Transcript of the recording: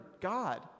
God